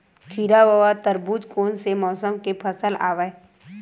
खीरा व तरबुज कोन से मौसम के फसल आवेय?